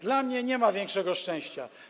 Dla mnie nie ma większego szczęścia.